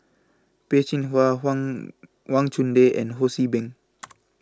Peh Chin Hua Wang Wang Chunde and Ho See Beng